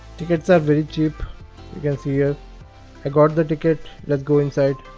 tickets are very cheap you can see here i got the ticket let's go inside